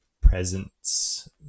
presence